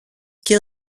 και